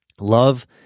Love